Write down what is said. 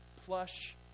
plush